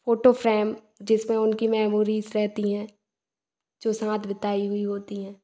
photo frame जिसमें उनकी memories रहती हैं जो साथ बिताई हुई होती है